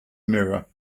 mirror